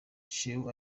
chew